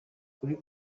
kuri